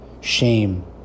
shame